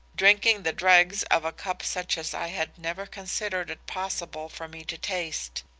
drinking the dregs of a cup such as i had never considered it possible for me to taste,